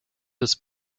des